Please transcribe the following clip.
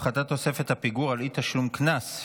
הפחתת תוספת הפיגור על אי-תשלום קנס),